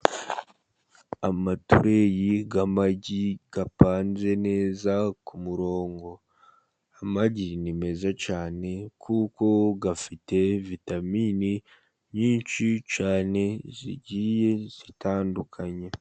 Amatureyi y'amagi apanze neza ku murongo. Amagi ni meza cyane kuko afite vitaminini nyinshi cyane zigiye zitandukanye.